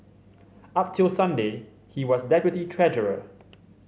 up till Sunday he was deputy treasurer